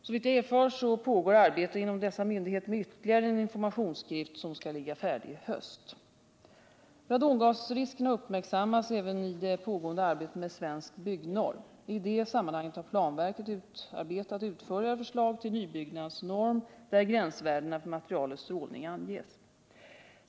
Såvitt jag erfarit pågår arbete inom dessa myndigheter med ytterligare en informationsskrift, som skall ligga färdig i höst. Radongasriskerna har uppmärksammats även i det pågående arbetet med en ny svensk byggnorm. I det sammanhanget har planverket utarbetat utförligare förslag till nybyggnadsnorm, där gränsvärdena för materials strålning anges.